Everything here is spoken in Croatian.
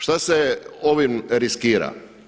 Šta se ovim riskira?